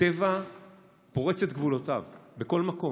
הטבע פורץ את גבולותיו בכל מקום.